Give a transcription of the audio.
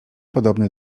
podobny